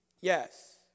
Yes